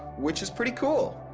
which is pretty cool!